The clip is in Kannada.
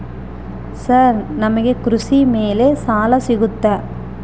ಸರ್ ನಮಗೆ ಕೃಷಿ ಮೇಲೆ ಸಾಲ ಸಿಗುತ್ತಾ?